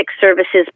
services